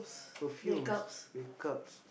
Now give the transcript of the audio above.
perfumes make-ups